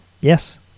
yes